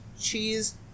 cheese